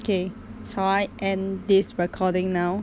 K I end this recording now